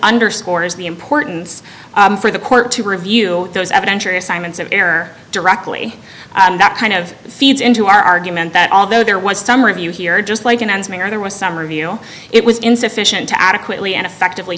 underscores the importance for the court to review those evidentiary assignments of air directly that kind of feeds into our argument that although there was some review here just like an engineer there was some reveal it was insufficient to adequately and effectively